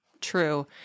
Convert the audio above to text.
True